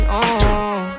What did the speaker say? on